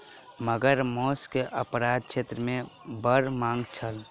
मगर मौस के अपराध क्षेत्र मे बड़ मांग छल